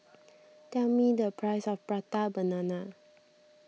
tell me the price of Prata Banana